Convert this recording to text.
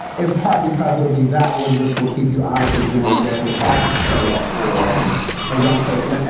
in part, because it'll be that one which will keep you honest in doing the work required to show up for a young person.